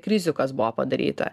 krizių kas buvo padaryta